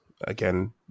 again